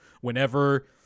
whenever